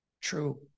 True